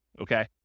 okay